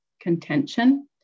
contention